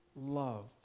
love